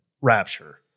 Rapture